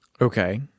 Okay